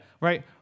right